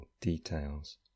details